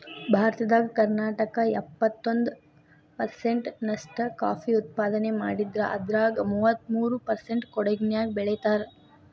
ಭಾರತದಾಗ ಕರ್ನಾಟಕ ಎಪ್ಪತ್ತೊಂದ್ ಪರ್ಸೆಂಟ್ ನಷ್ಟ ಕಾಫಿ ಉತ್ಪಾದನೆ ಮಾಡಿದ್ರ ಅದ್ರಾಗ ಮೂವತ್ಮೂರು ಪರ್ಸೆಂಟ್ ಕೊಡಗಿನ್ಯಾಗ್ ಬೆಳೇತಾರ